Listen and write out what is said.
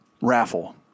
raffle